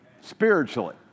spiritually